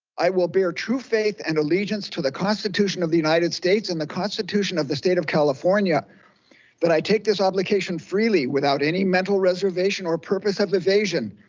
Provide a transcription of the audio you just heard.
i will bear true faith and allegiance to the constitution of the united states and the constitution of the state of california that but i take this obligation freely without any mental reservation or purpose of evasion,